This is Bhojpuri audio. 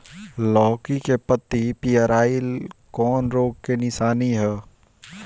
लौकी के पत्ति पियराईल कौन रोग के निशानि ह?